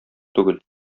түгел